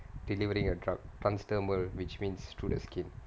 delivering a drug transdermal which means through the skin